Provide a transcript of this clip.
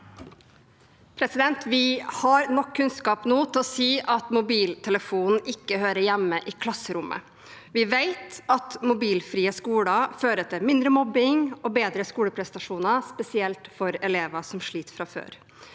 Vi har nok kunn- skap nå til å si at mobiltelefonen ikke hører hjemme i klasserommet. Vi vet at mobilfrie skoler fører til mindre mobbing og bedre skoleprestasjoner, spesielt for elever som sliter fra før.